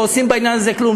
לא עושים בעניין הזה כלום,